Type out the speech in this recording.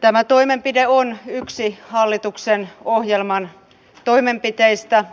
tämä toimenpide on yksi hallituksen ohjelman toimenpiteistä